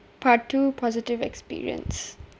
part two positive experience